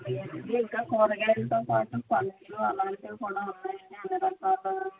ఏవండి ఇంకా కూరగాయలతో పాటు పండ్లు అలాంటివి కూడా ఉన్నాయి అండి అన్ని రకాలు